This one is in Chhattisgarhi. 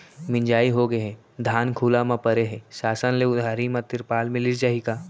मिंजाई होगे हे, धान खुला म परे हे, शासन ले उधारी म तिरपाल मिलिस जाही का?